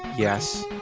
yes.